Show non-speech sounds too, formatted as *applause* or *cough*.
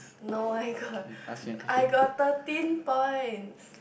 no I got *laughs* I got thirteen points